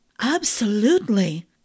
Absolutely